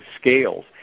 scales